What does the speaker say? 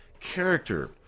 character